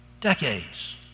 decades